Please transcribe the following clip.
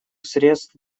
средств